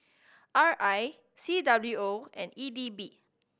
R I C W O and E D B